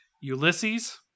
Ulysses